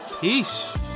peace